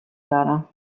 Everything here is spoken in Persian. دارم